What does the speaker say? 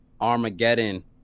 armageddon